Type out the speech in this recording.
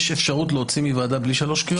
יש אפשרות להוציא מוועדה בלי שלוש קריאות?